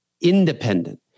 independent